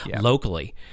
locally